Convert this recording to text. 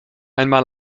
einmal